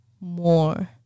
more